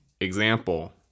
example